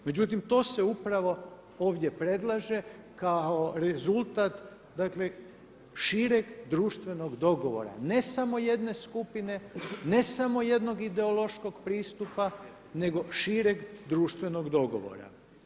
Međutim to se upravo ovdje predlaže kao rezultat šireg društvenog dogovora, ne samo jedne skupine, ne samo jednog ideološkog pristupa nego šireg društvenog dogovora.